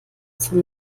zum